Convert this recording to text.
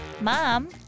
mom